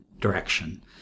direction